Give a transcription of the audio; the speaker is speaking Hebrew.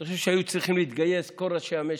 אני חושב שהיו צריכים להתגייס כל ראשי המשק,